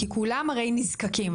כי כולם הרי נזקקים.